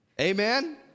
Amen